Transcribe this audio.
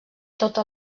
tota